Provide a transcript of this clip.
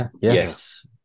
yes